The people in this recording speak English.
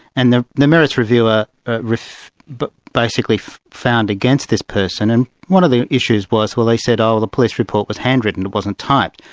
and the the merits reviewer ah basically but basically found against this person, and one of the issues was, well they said, oh, the police report was handwritten, it wasn't typed.